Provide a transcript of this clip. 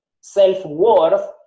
self-worth